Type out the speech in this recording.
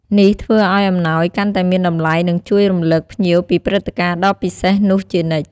នេះធ្វើឲ្យអំណោយកាន់តែមានតម្លៃ និងជួយរំឭកភ្ញៀវពីព្រឹត្តិការណ៍ដ៏ពិសេសនោះជានិច្ច។